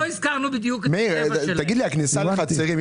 אני אלמד את זה אחר כך.